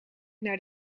naar